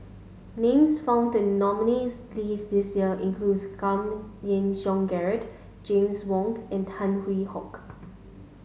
names found in nominees' list this year include Giam Yean Song Gerald James Wong and Tan Hwee Hock